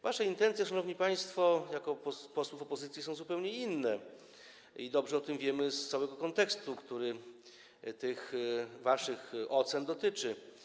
Wasze intencje, szanowni państwo, jako posłów opozycji są zupełnie inne, i dobrze o tym wiemy z uwagi na cały kontekst, który tych waszych ocen dotyczy.